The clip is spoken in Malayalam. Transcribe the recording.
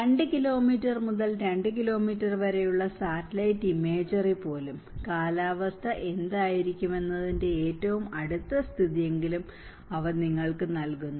2 കിലോമീറ്റർ മുതൽ 2 കിലോമീറ്റർ വരെയുള്ള സാറ്റലൈറ്റ് ഇമേജറി പോലും കാലാവസ്ഥ എന്തായിരിക്കുമെന്നതിന്റെ ഏറ്റവും അടുത്ത സ്ഥിതിയെങ്കിലും അവ നിങ്ങൾക്ക് നൽകുന്നു